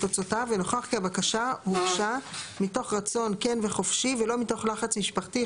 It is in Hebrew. תוצאותיו ונוכח כי הבקשה הוגשה מתוך רצון כן וחופשי ולא מתוך לחץ משפחתי,